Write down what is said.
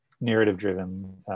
narrative-driven